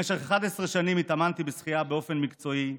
במשך 11 שנים התאמנתי בשחייה באופן מקצועי.